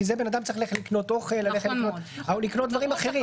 כי בן אדם צריך ללכת לקנות אוכל או לקנות דברים אחרים.